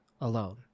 alone